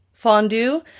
fondue